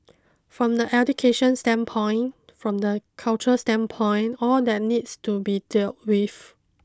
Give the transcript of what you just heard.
from the education standpoint from the culture standpoint all that needs to be dealt with